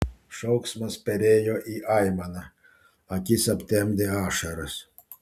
šauksmas perėjo į aimaną akis aptemdė ašaros